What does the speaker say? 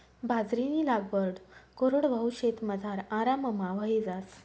बाजरीनी लागवड कोरडवाहू शेतमझार आराममा व्हयी जास